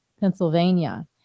Pennsylvania